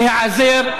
להיעזר,